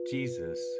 Jesus